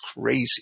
crazy